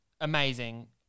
amazing